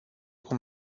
cum